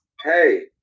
hey